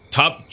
top